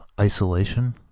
isolation